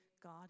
God